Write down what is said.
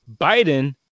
Biden